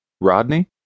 Rodney